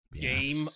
Game